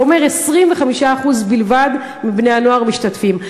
זה אומר: 25% בלבד מבני-הנוער משתתפים.